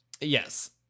Yes